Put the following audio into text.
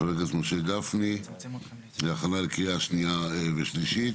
וחבר הכנסת משה גפני הכנה לקריאה שנייה ושלישית.